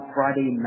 Friday